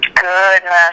goodness